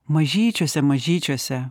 mažyčiuose mažyčiuose